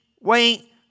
Wait